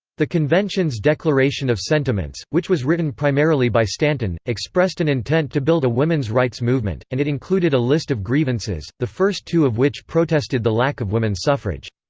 the convention's declaration of sentiments, which was written primarily by stanton, expressed an intent to build a women's rights movement, and it included a list of grievances, the first two of which protested the lack of women's suffrage.